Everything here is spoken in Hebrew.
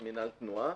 תחת מינהל תנועה.